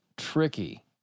Tricky